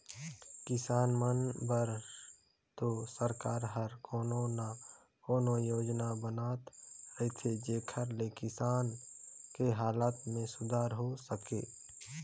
किसान मन बर तो सरकार हर कोनो न कोनो योजना बनात रहथे जेखर ले किसान के हालत में सुधार हो सके